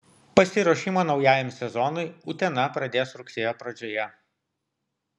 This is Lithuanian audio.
pasiruošimą naujajam sezonui utena pradės rugsėjo pradžioje